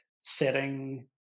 setting